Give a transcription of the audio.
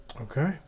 Okay